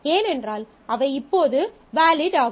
ஏனென்றால் அவை இப்போது வேலிட் ஆகும்